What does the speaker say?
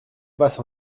passe